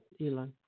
Elon